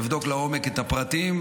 אבדוק לעומק את הפרטים,